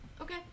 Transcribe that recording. Okay